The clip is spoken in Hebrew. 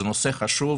זה נושא חשוב,